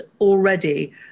already